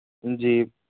جی